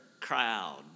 crowd